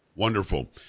Wonderful